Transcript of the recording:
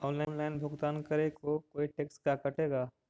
Online भुगतान करे को कोई टैक्स का कटेगा?